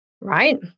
right